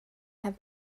have